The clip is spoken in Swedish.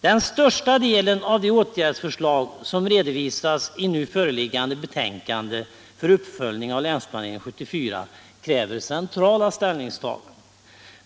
Den största delen av de åtgärdsförslag som redovisas i nu föreliggande betänkande för uppföljning av Länsplanering 74 kräver centrala ställningstaganden.